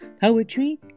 poetry